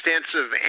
extensive